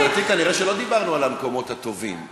לא דיברנו על המקומות הטובים.